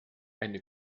eine